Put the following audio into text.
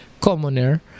commoner